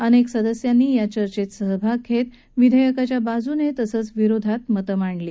अनेक सदस्यांनी या चर्चेत सहभाग घेत विधेयकाच्या बाजूनं तसंच विरोधात मतं मांडली